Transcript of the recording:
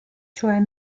cioè